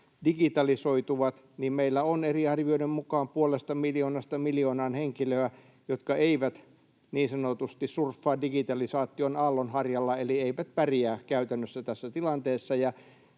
digitalisoituvat, niin meillä on eri arvioiden mukaan puolesta miljoonasta miljoonaan henkilöä, jotka eivät niin sanotusti surffaa digitalisaation aallonharjalla eli eivät pärjää käytännössä tässä tilanteessa.